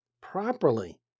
properly